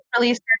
released